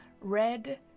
Red